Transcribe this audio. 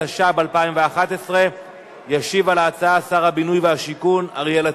התשע"ב 2011. ישיב על ההצעה שר הבינוי והשיכון אריאל אטיאס.